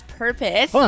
purpose